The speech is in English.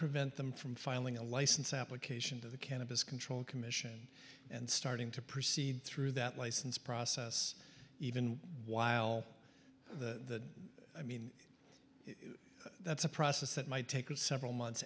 prevent them from filing a license application to the cannabis control commission and starting to proceed through that license process even while the i mean that's a process that might take several months